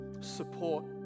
support